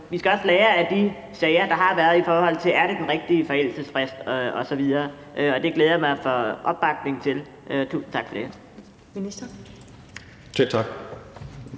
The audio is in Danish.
vi skal også lære af de sager, der har været, i forhold til om det er den rigtige forældelsesfrist osv. Det glæder mig at få opbakning til det. Tusind tak for det.